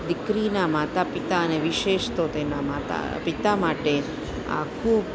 દીકરીના માતા પિતા અને વિશેષ તો તેના માતા પિતા માટે આ ખૂબ